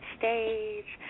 stage